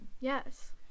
Yes